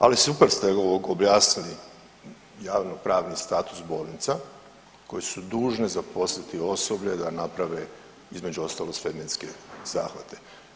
Ali super ste objasnili javno pravni status bolnica koje su dužne zaposliti osoblje da naprave između ostalog svemirske zahvate.